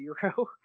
Zero